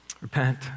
Repent